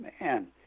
man